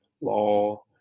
law